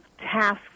tasks